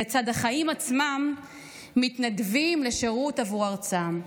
שלצד החיים עצמם מתנדבים לשירות עבור ארצם.